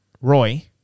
Roy